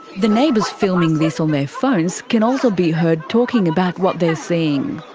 the neighbours filming this on their phones can also be heard talking about what they're seeing.